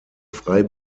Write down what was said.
frei